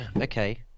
Okay